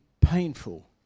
painful